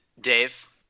Dave